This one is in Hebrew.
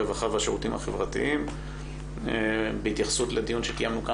הרווחה והשירותים החברתיים בהתייחסות לדיון שקיימנו כאן